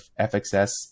fxs